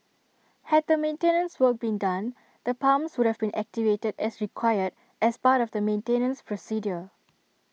had the maintenance work been done the pumps would have been activated as required as part of the maintenance procedure